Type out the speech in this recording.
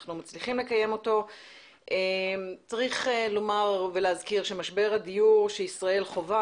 שאנחנו מצליחים לקיים אותו צריך לומר ולהזכיר שמשבר הדיור שישראל חווה,